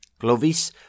Glovis